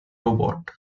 robot